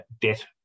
debt